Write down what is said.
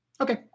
Okay